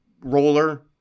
roller